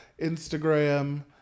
Instagram